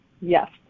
Yes